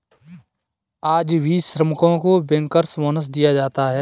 क्या आज भी श्रमिकों को बैंकर्स बोनस दिया जाता है?